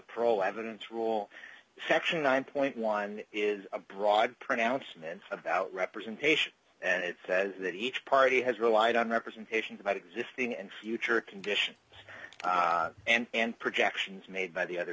haven't rule section nine point one is a broad pronouncement about representation and it says that each party has relied on representations about existing and future conditions and projections made by the other